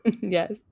yes